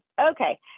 okay